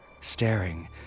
staring